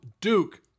Duke